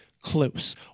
close